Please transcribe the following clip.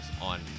on